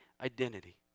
identity